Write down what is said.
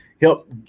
help